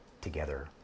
together